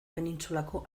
penintsulako